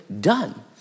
done